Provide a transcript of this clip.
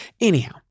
Anyhow